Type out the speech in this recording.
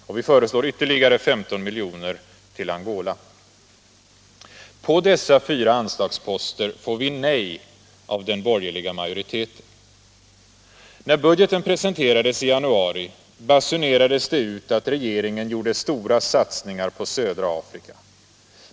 Och vi föreslår ytterligare 15 miljoner till Angola. På dessa fyra anslagsposter får vi nej av den borgerliga majoriteten. När budgeten presenterades i januari basunerades det ut att regeringen gjorde stora satsningar på södra Afrika.